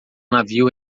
navio